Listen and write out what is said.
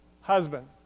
husband